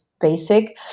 basic